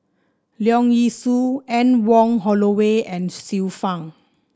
Leong Yee Soo Anne Wong Holloway and Xiu Fang